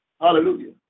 Hallelujah